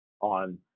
on